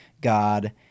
god